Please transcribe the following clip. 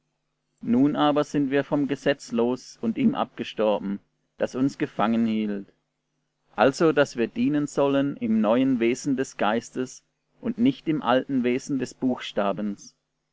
nun aber sind wir vom gesetzlos und ihm abgestorben das uns gefangenhielt also daß wir dienen sollen im neuen wesen des geistes und nicht im alten wesen des buchstabens